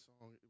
song